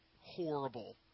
horrible